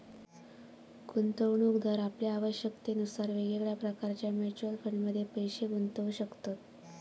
गुंतवणूकदार आपल्या आवश्यकतेनुसार वेगवेगळ्या प्रकारच्या म्युच्युअल फंडमध्ये पैशे गुंतवू शकतत